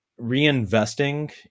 reinvesting